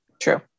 True